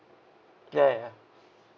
ya ya ya